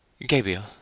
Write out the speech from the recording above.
Gabriel